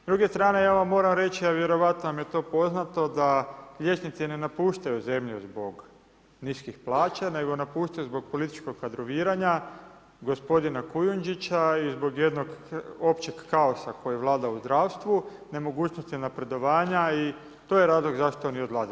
S druge strane ja vam moram reći a vjerojatno vam je to poznato da liječnici ne napuštaju zemlju zbog niskih plaća nego napuštaju zbog političkog kadroviranja gospodina Kujundžića i zbog jednog općeg kaosa koji vlada u zdravstvu, nemogućnosti napredovanja i to je razlog zašto oni odlaze.